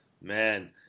man